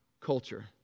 culture